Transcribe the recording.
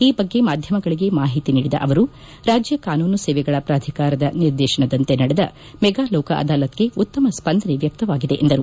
ಈ ಬಗ್ಗೆ ಮಾಧ್ಯಮಗಳಿಗೆ ಮಾಹಿತಿ ನೀಡಿದ ಅವರು ರಾಜ್ಯ ಕಾನೂನು ಸೇವೆಗಳ ಪ್ರಾಧಿಕಾರದ ನಿರ್ದೇಶನದಂತೆ ನಡೆದ ಮೆಗಾ ಲೋಕ ಅದಾಲತ್ಗೆ ಉತ್ತಮ ಸ್ಪಂದನೆ ವ್ಯಕ್ತವಾಗಿದೆ ಎಂದರು